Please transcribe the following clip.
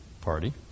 party